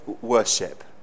worship